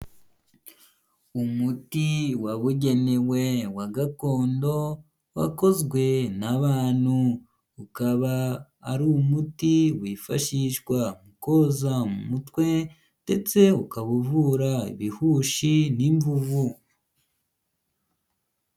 Umuti wabugenewe wa gakondo wakozwe n'abantu, ukaba ari umuti wifashishwa mu koza mu mutwe ndetse ukaba uvura ibihushi n'imvuvu.